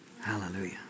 Hallelujah